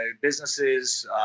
businesses